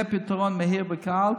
זה פתרון מהיר וקל,